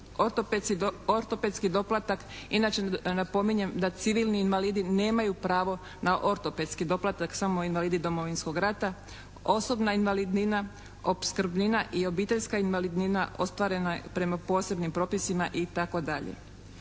ortopedski doplatak, inače napominjem da civilni invalidi nemaju pravo na ortopedski doplatak, samo invalidi Domovinskog rata, osobna invalidnina, opskrbnina i obiteljska invalidnina ostvarena prema posebnim propisima, itd.